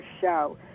show